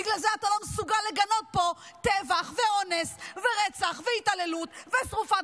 בגלל זה אתה לא מסוגל לגנות פה טבח ואונס ורצח והתעללות ושרפת